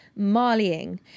Marleying